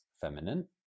feminine